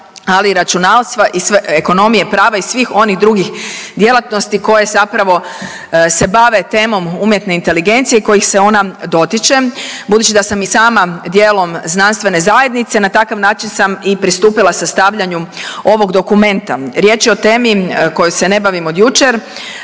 ali i računarstva, ekonomije, prava i svih onih drugih djelatnosti koje zapravo se bave temom umjetne inteligencije i kojih se ona dotiče. Budući da sam i sama dijelom znanstvene zajednice na takav način sam i pristupila sastavljanju ovog dokumenta. Riječ je o temi kojom se ne bavim od jučer.